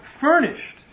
furnished